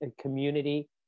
community